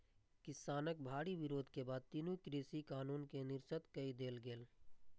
किसानक भारी विरोध के बाद तीनू कृषि कानून कें निरस्त कए देल गेलै